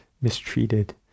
mistreated